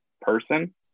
person